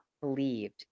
believed